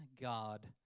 God